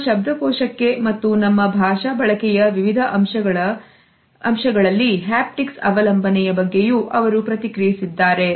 ನಮ್ಮ ಶಬ್ದಕೋಶಕ್ಕೆ ಮತ್ತು ನಮ್ಮ ಭಾಷಾ ಬಳಕೆಯ ವಿವಿಧ ಅಂಶಗಳಲ್ಲಿಹ್ಯಾಪ್ಟಿಕ್ಸ್ಅವಲಂಬನೆಯ ಬಗ್ಗೆಯೂ ಅವರು ಪ್ರತಿಕ್ರಿಯಿಸಿದ್ದಾರೆ